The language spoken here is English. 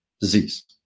disease